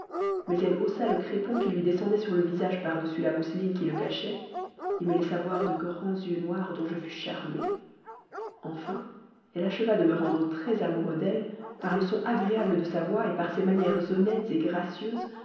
mais elle haussa le crépon qui lui descendait sur le visage pardessus la mousseline qui le cachait et me laissa voir de grands yeux noirs dont je fus charmé enfin elle acheva de me rendre très amoureux d'elle par le son agréable de sa voix et par ses manières honnêtes et gracieuses